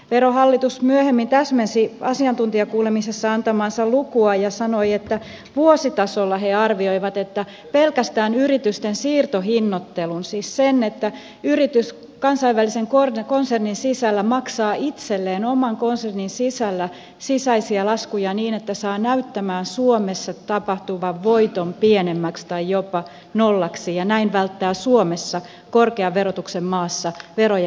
verohallitus myöhemmin täsmensi asiantuntijakuulemisessa antamaansa lukua ja sanoi että vuositasolla he arvioivat että pelkästään yritysten siirtohinnoittelusta johtuva menettely siis se että yritys kansainvälisen konsernin sisällä maksaa itselleen oman konsernin sisällä sisäisiä laskuja niin että saa näyttämään suomessa tapahtuvan voiton pienemmältä tai jopa nollalta ja näin välttää suomessa korkean verotuksen maassa vero ja